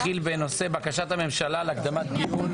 נתחיל בנושא בקשת הממשלה להקדמת דיון